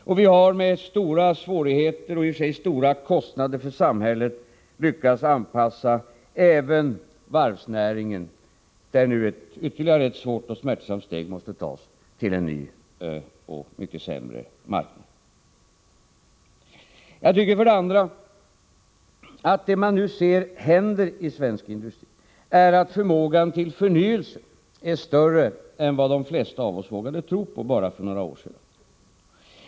Och vi har med stora svårigheter och i och för sig stora kostnader för samhället lyckats anpassa även varvsnäringen — där nu ytterligare ett svårt och smärtsamt steg måste tas — till en ny och mycket sämre marknad. Jag tycker vidare att det man nu ser hända i svensk industri är att förmågan till förnyelse är större än vad de flesta av oss vågade tro bara för några år sedan.